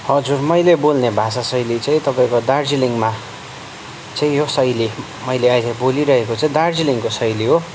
हजुर मैले बोल्ने भाषा शैली चाहिँ तपाईँको दार्जिलिङमा चाहिँ यो शैली मैले अहिले बोली रहेको चाहिँ दार्जिलिङको शैली हो